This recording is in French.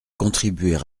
contribuer